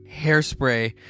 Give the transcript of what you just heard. Hairspray